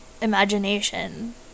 imagination